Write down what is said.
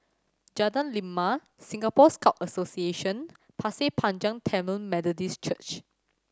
Jalan Lima Singapore Scout Association Pasir Panjang Tamil Methodist Church